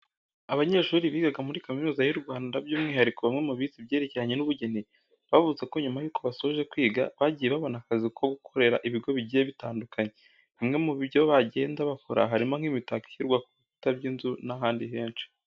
Abanyeshuri bigaga muri Kaminuza y'u Rwanda byumwihariko bamwe mu bize ibyerekeranye n'ubugeni, bavuze ko nyuma yuko basoje kwiga bagiye babona akazi ko gukorera ibigo bigiye bitandukanye. Bimwe mu byo bagenda bakora harimo nk'imitako ishyirwa ku bikuta by'inzu n'ahandi henshi.